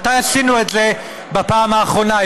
מתי עשינו את זה בפעם האחרונה?